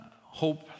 hope